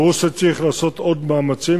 ברור שצריך לעשות עוד מאמצים,